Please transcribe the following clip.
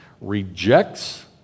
rejects